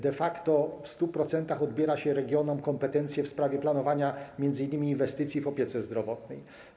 De facto w 100% odbiera się regionom kompetencje w sprawie planowania m.in. inwestycji w opiece zdrowotnej.